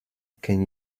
can